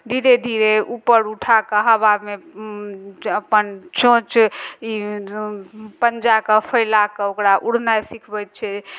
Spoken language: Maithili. धीरे धीरे ऊपर उठा कऽ हाबामे अपन चोँच ई पञ्जाके फैला कऽ ओकरा उड़नाइ सिखबैत छै